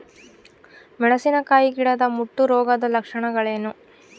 ಮೆಣಸಿನಕಾಯಿ ಗಿಡದ ಮುಟ್ಟು ರೋಗದ ಲಕ್ಷಣಗಳೇನು?